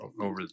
over